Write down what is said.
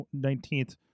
19th